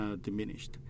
diminished